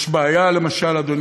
יש בעיה, למשל, אדוני,